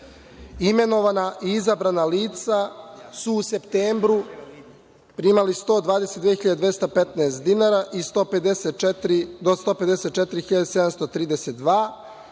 Imenovana i izabrana lica su u septembru primali 122.215 dinara i do 154.732,